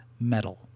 metal